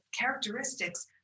characteristics